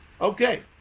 Okay